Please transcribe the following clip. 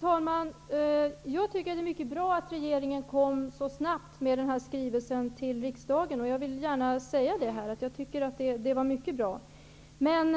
Herr talman! Jag tycker att det är mycket bra att regeringen kom så snabbt med den här skrivelsen till riksdagen. Jag vill gärna säga det. Men